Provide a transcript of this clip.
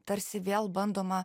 tarsi vėl bandoma